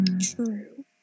True